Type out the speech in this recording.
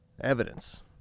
evidence